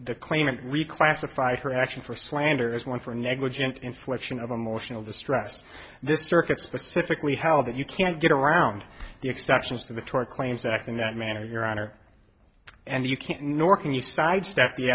the claimant reclassified her action for slander is one for negligent infliction of emotional distress this circuit specifically held that you can't get around the exceptions to the tort claims act in that manner your honor and you can't nor can you sidestep the